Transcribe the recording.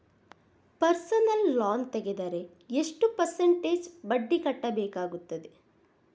Personal loan ತೆಗೆದರೆ ಎಷ್ಟು percentage ಬಡ್ಡಿ ಕಟ್ಟಬೇಕಾಗುತ್ತದೆ?